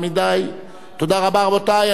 תודה רבה, רבותי.